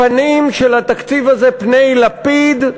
הפנים של התקציב הזה פני לפיד,